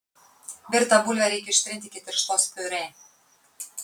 virtą bulvę reikia ištrinti iki tirštos piurė